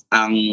ang